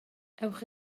ewch